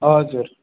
हजुर